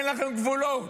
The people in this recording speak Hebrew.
אין לכם גבולות.